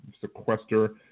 sequester